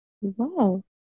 Wow